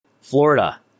Florida